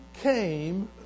came